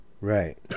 Right